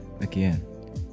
again